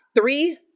three